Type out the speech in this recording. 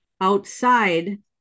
outside